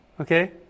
Okay